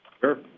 Sure